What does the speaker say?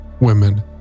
women